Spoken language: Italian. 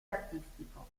artistico